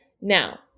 Now